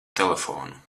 telefonu